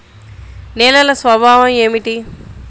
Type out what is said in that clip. నేలల స్వభావం ఏమిటీ?